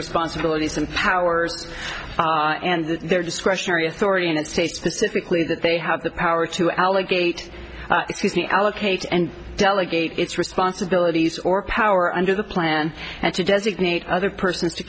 responsibilities and powers and their discretionary authority and states specifically that they have the power to allocate allocate and delegate its responsibilities or power under the plan and to designate other persons to